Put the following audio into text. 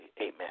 Amen